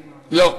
לא,